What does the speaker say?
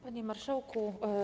Panie Marszałku!